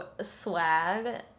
swag